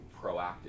proactive